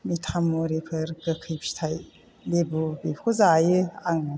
मिथामुरिफोर गोखै फिथाइ लेबु बेखौ जायो आङो